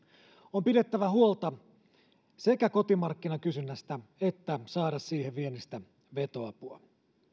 on sekä pidettävä huolta kotimarkkinakysynnästä että saatava siihen viennistä vetoapua